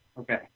Okay